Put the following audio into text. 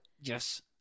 Yes